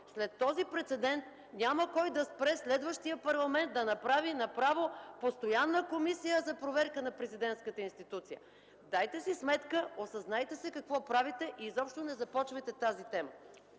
след този прецедент няма кой да спре следващия парламент да направи направо постоянна комисия за проверка на президентската институция. Дайте си сметка, осъзнайте се какво правите и изобщо не започвайте тази тема.